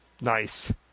Nice